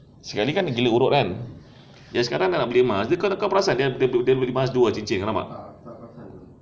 sekian hari dia gila urut kan dia sekarang nak beli emas kau kau perasan dia ada beli emas dua cincin